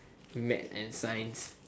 math and science